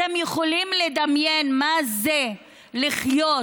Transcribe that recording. אתם יכולים לדמיין מה זה לחיות